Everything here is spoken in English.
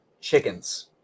chickens